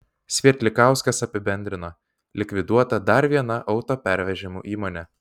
svietlikauskas apibendrino likviduota dar viena autopervežimų įmonė